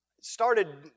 started